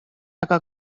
aga